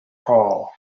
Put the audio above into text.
hall